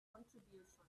contribution